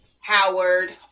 Howard